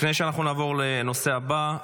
לפני שנעבור לנושא הבא,